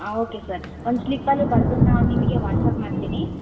ಹಾಂ okay sir ಒಂದು ಸ್ಲಿಪ್ಪಲ್ಲಿ ಬರೆದು ನಾನು ನಿಮಗೆ ವಾಟ್ಸಪ್ ಮಾಡ್ತೀನಿ